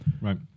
right